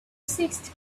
sixth